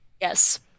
yes